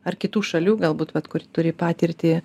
ar kitų šalių galbūt vat kur turi patirtį